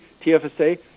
TFSA